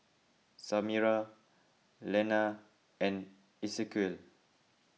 Samira Lenna and Esequiel